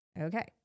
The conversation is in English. Okay